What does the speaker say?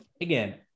again